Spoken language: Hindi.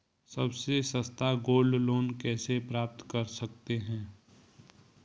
सबसे सस्ता गोल्ड लोंन कैसे प्राप्त कर सकते हैं?